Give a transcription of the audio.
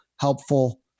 helpful